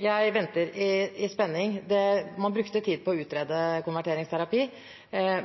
Jeg venter i spenning. Man brukte tid på å utrede konverteringsterapi,